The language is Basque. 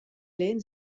lehen